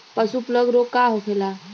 पशु प्लग रोग का होखेला?